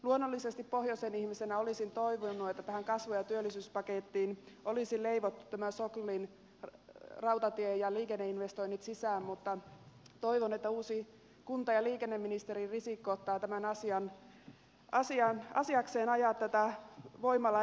luonnollisesti pohjoisen ihmisenä olisin toivonut että tähän kasvu ja työllisyyspakettiin olisi leivottu sisään nämä soklin rautatie ja liikenneinvestoinnit mutta toivon että uusi kunta ja liikenneministeri risikko ottaa asiakseen ajaa tätä voimalla eteenpäin